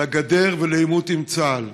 לגדר ולעימות עם צה"ל.